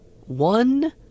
One